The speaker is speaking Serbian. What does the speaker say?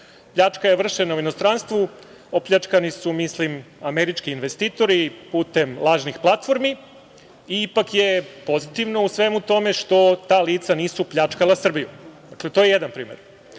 Pljačka je vršena u inostranstvu, opljačkani su, mislim, američki investitori putem lažnih platformi i ipak je pozitivno u svemu tome što ta lica nisu pljačkala Srbiju. To je jedan primer.